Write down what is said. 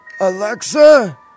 Alexa